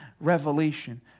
revelation